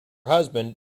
husband